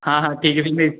हाँ हाँ ठीक है फिर मैं